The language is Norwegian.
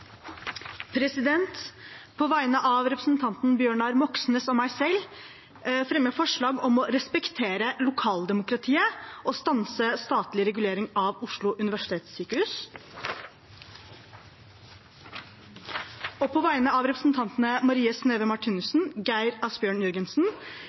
representantforslag. På vegne av representanten Bjørnar Moxnes og meg selv fremmer jeg forslag om å respektere lokaldemokratiet og stanse statlig regulering av Oslo universitetssykehus, OUS. På vegne av representantene Marie Sneve